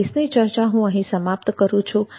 આ કેસની ચર્ચા હું અહીં સમાપ્ત કરૂં છું